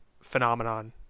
phenomenon